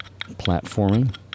Platforming